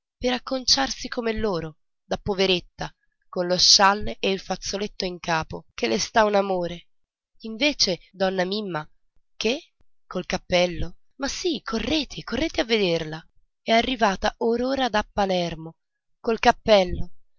per acconciarsi come loro da poveretta con lo scialle e il fazzoletto in capo che le sta un amore invece donna mimma che col cappello ma sì correte correte a vederla è arrivata or ora da palermo col cappello